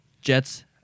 Jets